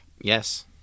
Yes